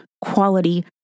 quality